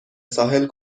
ساحل